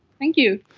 thank you.